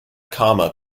comma